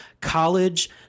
college